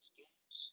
games